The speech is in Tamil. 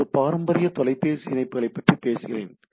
நமது பாரம்பரிய தொலைபேசி இணைப்புகளைப் பற்றி பேசுகிறேன்